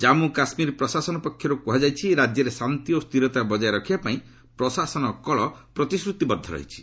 ଜାନ୍ମୁ କାଶ୍ମୀର ପ୍ରଶାସନ ପକ୍ଷରୁ କୁହାଯାଇଛି ରାଜ୍ୟରେ ଶାନ୍ତି ଓ ସ୍ଥିରତା ବଜାୟ ରଖିବା ପାଇଁ ପ୍ରଶାସନକଳ ପ୍ରତିଶ୍ରତିବଦ୍ଧ ରହିଛି